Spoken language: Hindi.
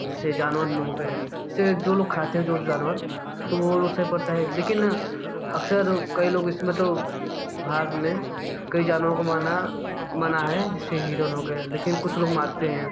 जैसे जानवर लोग हो गया से जो लोग खाते है जो जानवर तो वो उसे पता है लेकिन अक्सर कई लोग इसमें तो भाग में कई जानवरों को मारना मना है जैसे हिरण हो गया लेकिन कुछ लोग मारते हैं